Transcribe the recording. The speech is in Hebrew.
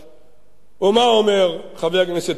מה אומר חבר הכנסת טיבי, בוודאי